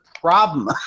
problem